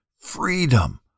Freedom